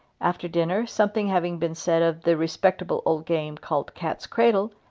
after dinner, something having been said of the respectable old game called cat's cradle,